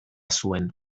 zuen